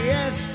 Yes